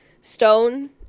stone